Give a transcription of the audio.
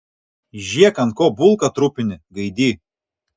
žėk ant ko bulką trupini gaidy